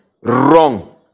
wrong